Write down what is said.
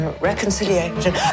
Reconciliation